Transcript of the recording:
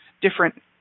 different